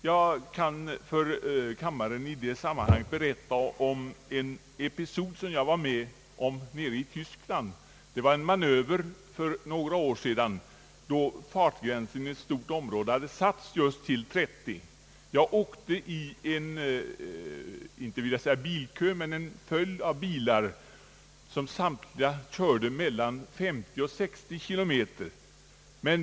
Jag kan för kammaren i det sammanhanget berätta om en episod som jag var med om i Tyskland. Det var en manöver för några år sedan, då fartgränsen i ett stort område hade satts just till 30 km tim.